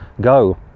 go